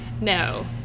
No